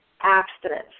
abstinence